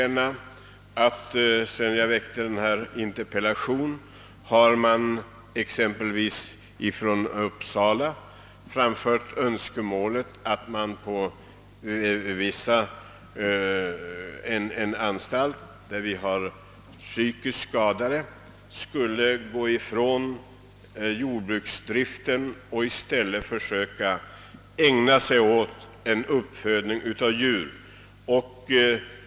Sedan jag väckte min interpellation har man bl.a. från Uppsala framfört önskemål om att på en anstalt därstädes för psykiskt skadade gå ifrån jordbruksdriften och i stället ägna sig åt uppfödning av djur.